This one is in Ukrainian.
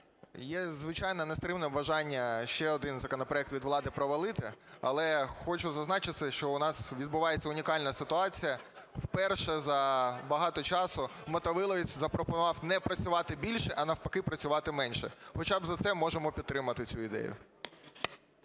Є, звичайно, нестримне бажання ще один законопроект від влади провалити. Але хочу зазначити, що у нас відбувається унікальна ситуація. Вперше за багато часу Мотовиловець запропонував не працювати більше, а, навпаки, працювати менше. Хоча б за це можемо підтримати цю ідею.